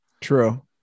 True